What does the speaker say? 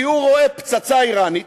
כי הוא רואה פצצה איראנית